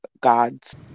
gods